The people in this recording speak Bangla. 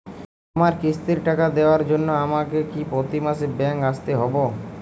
আমার কিস্তির টাকা দেওয়ার জন্য আমাকে কি প্রতি মাসে ব্যাংক আসতে হব?